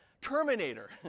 Terminator